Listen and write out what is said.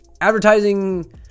Advertising